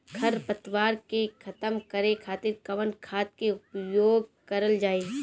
खर पतवार के खतम करे खातिर कवन खाद के उपयोग करल जाई?